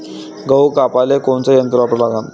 गहू कापाले कोनचं यंत्र वापराले लागन?